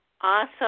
Awesome